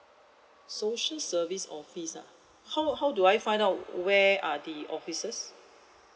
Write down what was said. social service office ah how how do I find out where are the offices